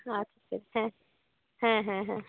আচ্ছা হ্যাঁ হ্যাঁ হ্যাঁ হ্যাঁ